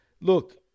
Look